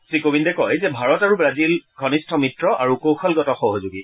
শ্ৰীকোৱিন্দে কয় যে ভাৰত আৰু ৱাজিল ঘনিষ্ঠ মিত্ৰ আৰু কৌশলগত সহযোগী